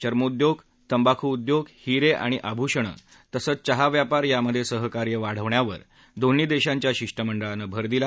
चर्मोद्योग तंबाखूउद्योग हिरे आणि आभूषणे तसंच चहाव्यापार यामध्ये सहकार्य वाढवण्यावर दोन्ही देशांच्या शिष्टमंडळाने भर दिला